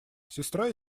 сестра